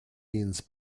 means